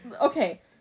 Okay